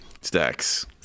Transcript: Stacks